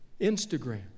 Instagram